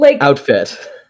outfit